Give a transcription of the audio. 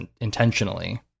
intentionally